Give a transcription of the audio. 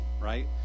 right